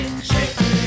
shake